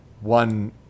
One